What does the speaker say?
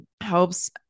helps